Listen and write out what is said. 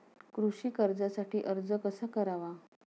कृषी कर्जासाठी अर्ज कसा करावा?